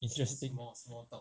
interesting